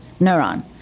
neuron